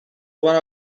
one